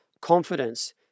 confidence